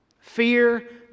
Fear